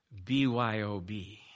BYOB